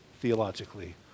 theologically